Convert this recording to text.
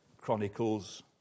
Chronicles